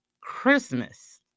Christmas